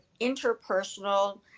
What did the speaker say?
interpersonal